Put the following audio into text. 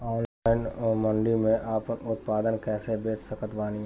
Online मंडी मे आपन उत्पादन कैसे बेच सकत बानी?